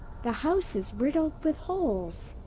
the house is riddled with holes.